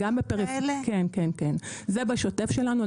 כן, כן, זה בשוטף שלנו.